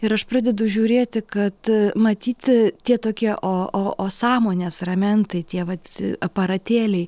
ir aš pradedu žiūrėti kad matyt tie tokie o o o sąmonės ramentai tie vat aparatėliai